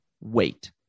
wait